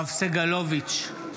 יואב סגלוביץ'